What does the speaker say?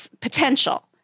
potential